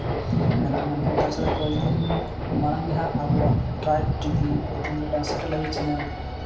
ᱢᱮᱱᱟᱜᱼᱟ ᱢᱮᱱᱠᱷᱟᱱ ᱛᱟᱪᱷᱟᱲᱟ ᱠᱚᱭᱮᱠ ᱫᱤᱱ ᱢᱟᱲᱟᱝ ᱡᱟᱦᱟᱸ ᱟᱵᱚᱣᱟᱜ ᱴᱨᱟᱭᱤᱵ ᱴᱤᱵᱷᱤ ᱧᱩᱛᱩᱢ ᱢᱤᱫᱴᱟᱝ ᱥᱮᱴᱮᱞᱟᱭᱤᱴ ᱪᱮᱱᱮᱞ